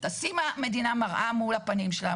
תשים המדינה מראה מול הפנים שלה,